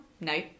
No